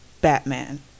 Batman